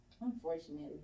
Unfortunately